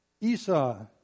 Esau